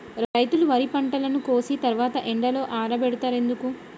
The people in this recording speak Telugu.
రైతులు వరి పంటను కోసిన తర్వాత ఎండలో ఆరబెడుతరు ఎందుకు?